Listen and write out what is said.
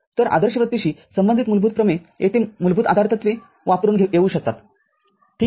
तरआदर्शवृत्तीशी संबंधित मूलभूत प्रमेय येथे मूलभूत आधारतत्वे वापरुन येऊ शकतात ठीक आहे